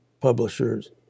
Publishers